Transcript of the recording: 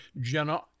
Jenna